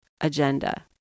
agenda